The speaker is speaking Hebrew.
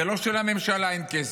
ולא שלממשלה אין כסף,